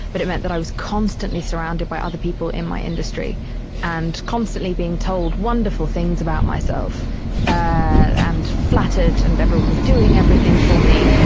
but it meant that i was constantly surrounded by other people in my industry and constantly being told wonderful things about myself and flattered and everyone was doing everything for me.